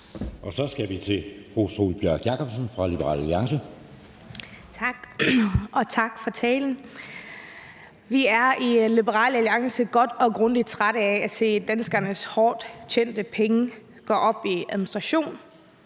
Så skal vi til fru Sólbjørg Jakobsen fra Liberal Alliance. Kl. 13:22 Sólbjørg Jakobsen (LA): Tak, og tak for talen. Vi er i Liberal Alliance godt og grundigt trætte af at se danskernes hårdttjente penge gå op i administration,